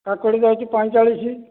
କାକୁଡ଼ି ଦେଉଛି ପଇଁଚାଳିଶ